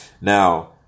Now